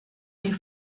die